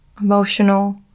emotional